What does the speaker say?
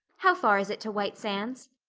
how far is it to white sands?